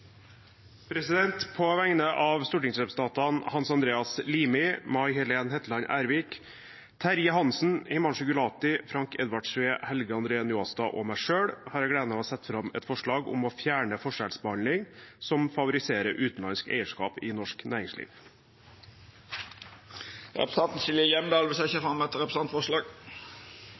På vegne av stortingsrepresentantene Hans Andreas Limi, May Helen Hetland Ervik, Terje Hansen, Himanshu Gulati, Frank Edvard Sve, Helge Andre Njåstad og meg selv har jeg gleden av framsette et forslag om å fjerne forskjellsbehandling som favoriserer utenlandsk eierskap i norsk næringsliv. Representanten Silje Hjemdal vil setja fram eit representantforslag.